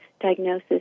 diagnosis